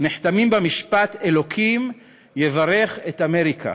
נחתמים במשפט "אלוקים יברך את אמריקה".